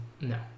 No